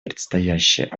предстоящей